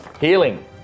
Healing